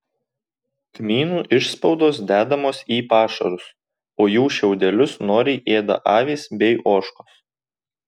kmynų išspaudos dedamos į pašarus o jų šiaudelius noriai ėda avys bei ožkos